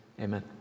Amen